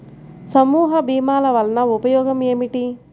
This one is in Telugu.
సమూహ భీమాల వలన ఉపయోగం ఏమిటీ?